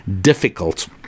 difficult